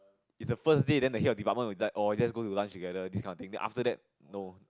is a first day then the head of department will like oh just go to lunch together this kind of thing then after that no